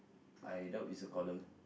I doubt it's a collar